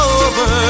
over